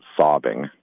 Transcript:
sobbing